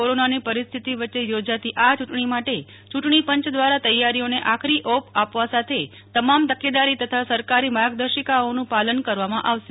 કોરોનાની પરિસ્થિતિ વચ્ચે યોજાતી આ યુંટણી માટે ચુંટણી પંચ દ્રારા તૈયારીઓને આખરી ઓપ આપવા સાથે તમામ તકેદારી તથા સરકારી માર્ગદર્શિકાઓનું પાલન કરવામાં આવશે